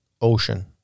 ocean